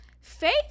faith